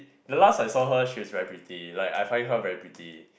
the last I saw her she was very pretty like I find her very pretty